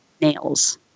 nails